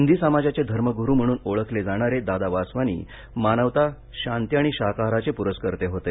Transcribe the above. सिंधी समाजाचे धर्मगुरू म्हणून ओळखले जाणारे दादा वासवानी मानवता शांती आणि शाकाहाराचे प्रस्कर्ते होते